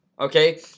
okay